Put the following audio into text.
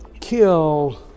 kill